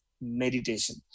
meditation